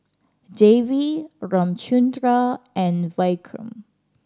Devi Ramchundra and Vikram